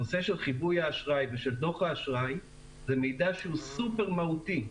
הנושא של חיווי האשראי ודוח האשראי זה מידע סופר מהותי,